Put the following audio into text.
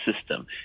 system